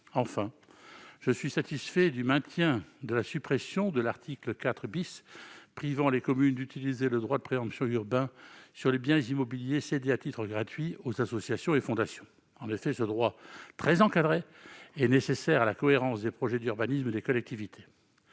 Enfin, je suis satisfait du maintien de la suppression de l'article 4 privant les communes d'utiliser le droit de préemption urbain sur les biens immobiliers cédés à titre gratuit aux associations et fondations. En effet, ce droit, très encadré, est nécessaire à la cohérence des projets d'urbanisme des collectivités.